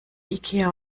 ikea